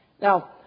Now